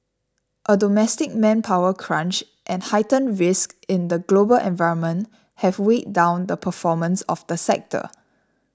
a domestic manpower crunch and heightened risks in the global environment have weighed down the performance of the sector